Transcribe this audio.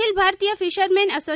અખીલ Bharatiya fisherman એસો